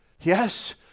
yes